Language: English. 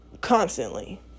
constantly